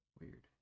weird